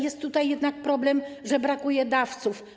Jest tutaj jednak problem, ponieważ brakuje dawców.